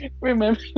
remember